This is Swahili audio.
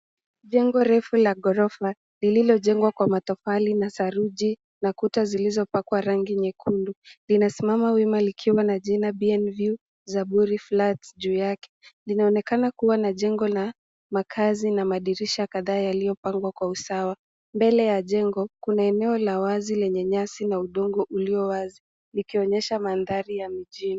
Jengo refu la ghorofa, lililojengwa kwa matofali na saruji, na kuta zilizopakwa rangi nyekundu, linasimama wima likiwa na jina Bien View Zaburi Flats juu yake. Linaonekana kuwa na jengo la, makazi na madirisha kadhaa yaliyopangwa kwa usawa. Mbele ya jengo, kuna eneo la wazi lenye nyasi na udogo ulio wazi, likionyesha mandhari ya mijini.